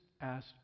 asked